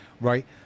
right